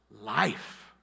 life